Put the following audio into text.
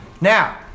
Now